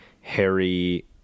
Harry